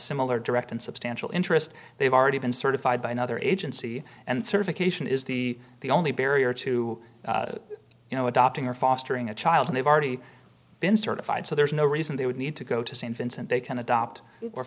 similar direct and substantial interest they've already been certified by another agency and certification is the the only barrier to you know adopting or fostering a child they've already been certified so there is no reason they would need to go to st vincent they can adopt or